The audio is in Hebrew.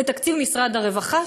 לתקציב משרד הרווחה,